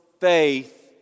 faith